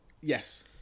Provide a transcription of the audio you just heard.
Yes